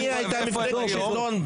מי הייתה מפלגת השלטון?